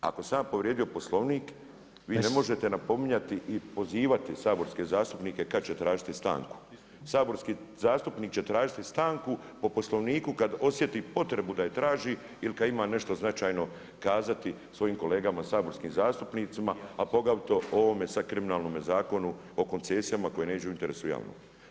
Ako sam ja povrijedio Poslovnik, vi ne možete napominjati i pozivati saborske zastupnike kad će tražiti stanku, saborski zastupnik će tražiti stanku po Poslovniku kad osjeti potrebu da je traži ili kad ima nešto značajno kazati svojim kolegama saborskim zastupnicima a poglavito o ovome sad kriminalnome Zakonu o koncesija koji ne idu u interesu javnom.